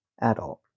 Adult